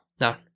No